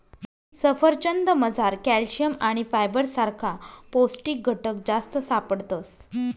सफरचंदमझार कॅल्शियम आणि फायबर सारखा पौष्टिक घटक जास्त सापडतस